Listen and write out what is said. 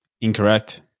Incorrect